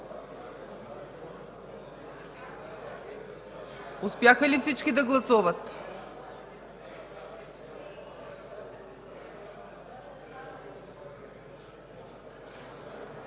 Успяха ли всички да гласуват?